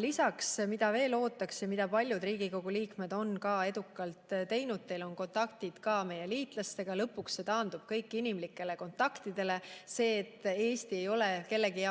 Lisaks ootaks seda, mida paljud Riigikogu liikmed on ka edukalt teinud. Teil on kontakte meie liitlastega ja lõpuks taandub kõik inimlikele kontaktidele. Eesti ei peaks olema kellegi jaoks